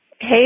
Hey